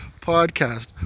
podcast